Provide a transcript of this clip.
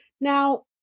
Now